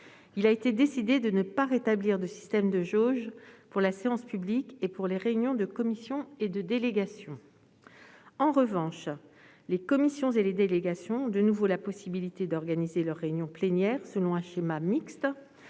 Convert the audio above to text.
il a été décidé de ne pas rétablir de système de jauge pour la séance publique et pour les réunions de commission et de délégation. En revanche, les commissions et les délégations ont de nouveau la possibilité d'organiser leurs réunions plénières selon un schéma mixte